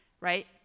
Right